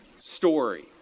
story